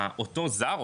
אותו זר,